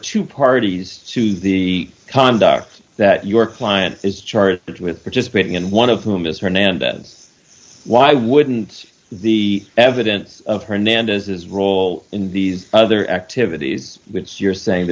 two parties to the conduct that your client is charged with participating and one of them is hernandez why wouldn't the evidence of hernandez's role in these other activities which you're saying